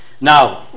Now